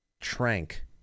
Trank